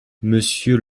monsieur